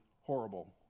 horrible